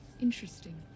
interesting